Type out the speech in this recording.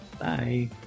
Bye